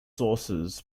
sources